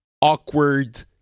awkward